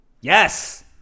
yes